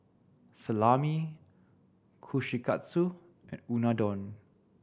Salami Kushikatsu and Unadon